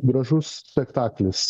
gražus spektaklis